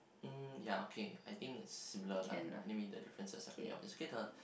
mm ya okay I think is blur lah any way the differences are pretty obvious